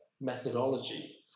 methodology